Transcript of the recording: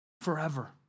forever